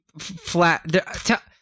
flat